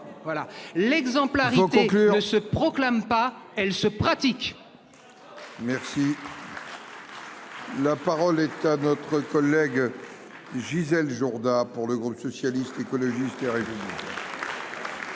L'exemplarité ne se proclame pas, elle se pratique